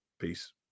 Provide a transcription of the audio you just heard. Peace